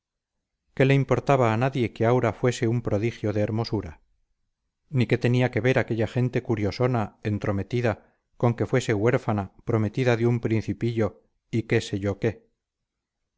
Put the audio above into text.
qué le importaba a nadie que aura fuese un prodigio de hermosura ni qué tenía que ver aquella gente curiosona entrometida con que fuese huérfana prometida de un principillo y qué sé yo qué